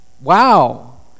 Wow